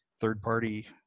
third-party